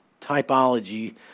typology